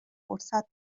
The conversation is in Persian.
فرصت